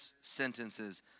sentences